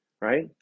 right